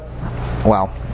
Wow